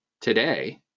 today